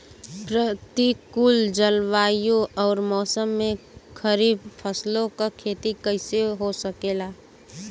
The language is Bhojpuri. प्रतिकूल जलवायु अउर मौसम में खरीफ फसलों क खेती कइसे हो सकेला?